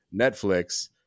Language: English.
Netflix